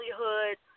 livelihood